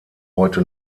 heute